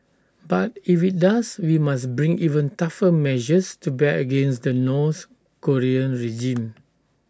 but if IT does we must bring even tougher measures to bear against the north Korean regime